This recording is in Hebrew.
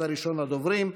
אתה ראשון הדוברים,